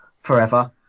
forever